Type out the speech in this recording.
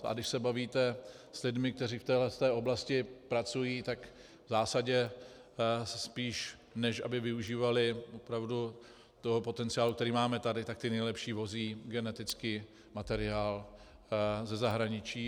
A když se bavíte s lidmi, kteří v téhle oblasti pracují, tak v zásadě si, spíš než aby využívali opravdu toho potenciálu, který máme tady, ti nejlepší vozí genetický materiál ze zahraničí.